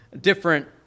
different